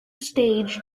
stage